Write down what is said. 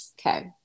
okay